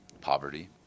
poverty